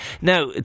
now